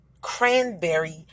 cranberry